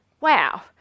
wow